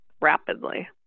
rapidly